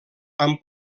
han